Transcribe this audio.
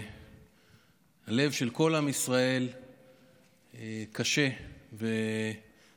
הלב של כל עם ישראל קשה ונכמר,